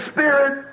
Spirit